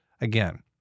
again